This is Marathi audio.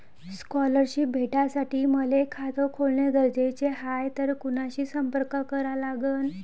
स्कॉलरशिप भेटासाठी मले खात खोलने गरजेचे हाय तर कुणाशी संपर्क करा लागन?